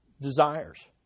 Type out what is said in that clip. desires